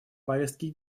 повестке